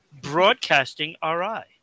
broadcastingri